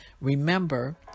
Remember